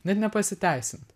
net nepasiteisint